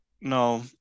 no